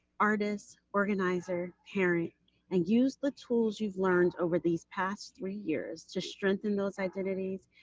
artist, organizer, parent and use the tools you've learned over these past three years to strengthen those identities,